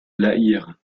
lahire